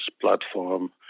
platform